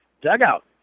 dugout